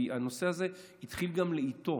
כי הנושא הזה גם התחיל לאיטו,